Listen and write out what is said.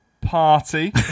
Party